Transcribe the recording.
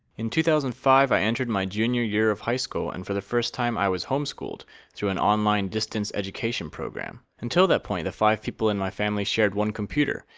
in two thousand and five, i entered my junior year of high school and for the first time, i was homeschooled through an online distance education program until that point, the five people in my family shared one computer,